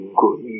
good